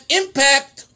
impact